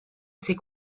ses